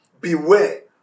beware